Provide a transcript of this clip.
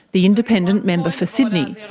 the independent member for sydney,